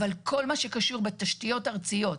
אבל כל מה שקשור בתשתיות ארציות,